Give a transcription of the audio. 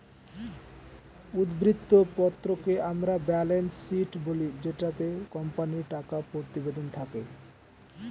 উদ্ধৃত্ত পত্রকে আমরা ব্যালেন্স শীট বলি জেটাতে কোম্পানির টাকা প্রতিবেদন থাকে